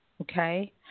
okay